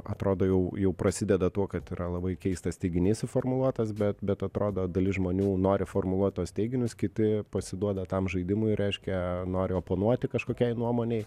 atrodo jau jau prasideda tuo kad yra labai keistas teiginys suformuluotas bet bet atrodo dalis žmonių nori formuluot tuos teiginius kiti pasiduoda tam žaidimui reiškia nori oponuoti kažkokiai nuomonei